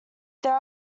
there